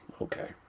okay